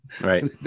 Right